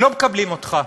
לא מקבלים אותך.